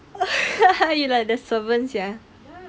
you like the servant sia